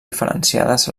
diferenciades